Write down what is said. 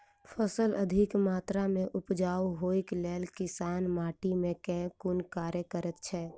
फसल अधिक मात्रा मे उपजाउ होइक लेल किसान माटि मे केँ कुन कार्य करैत छैथ?